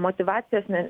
motyvacijos ne